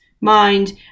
mind